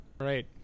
Right